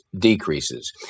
decreases